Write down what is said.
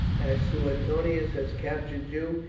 as suetonius has captured you,